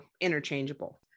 interchangeable